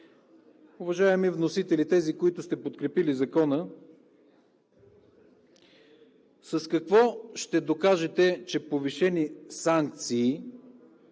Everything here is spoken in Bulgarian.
Уважаеми вносители – тези, които сте подкрепили Закона, с какво ще докажете, че повишени санкции